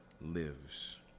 lives